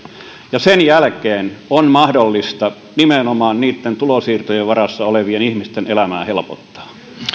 sen jälkeen on mahdollista nimenomaan niitten tulonsiirtojen varassa olevien ihmisten elämää helpottaa